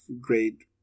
great